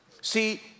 See